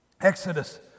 Exodus